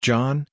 John